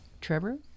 Trevor